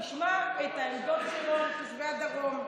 תשמע את העמדות שלו על תושבי הדרום.